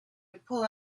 pull